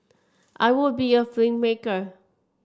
I would be a filmmaker